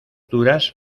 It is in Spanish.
duras